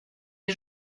est